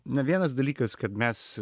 na vienas dalykas kad mes